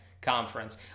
Conference